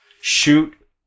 Shoot